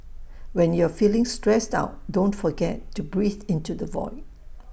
when you are feeling stressed out don't forget to breathe into the void